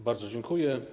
Bardzo dziękuję.